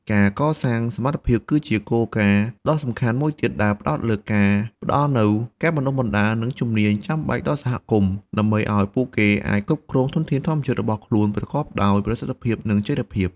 ការកសាងសមត្ថភាព គឺជាគោលការណ៍ដ៏សំខាន់មួយទៀតដែលផ្ដោតលើការផ្ដល់នូវ ការបណ្ដុះបណ្ដាល និងជំនាញ ចាំបាច់ដល់សហគមន៍ ដើម្បីឱ្យពួកគេអាចគ្រប់គ្រងធនធានធម្មជាតិរបស់ខ្លួនប្រកបដោយប្រសិទ្ធភាព និងចីរភាព។